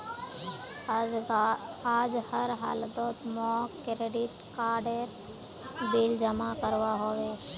आज हर हालौत मौक क्रेडिट कार्डेर बिल जमा करवा होबे